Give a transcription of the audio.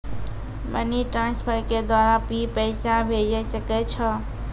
Money transfer के द्वारा भी पैसा भेजै सकै छौ?